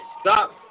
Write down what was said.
stop